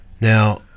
Now